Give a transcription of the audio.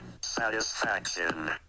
satisfaction